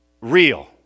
real